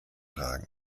tragen